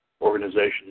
organization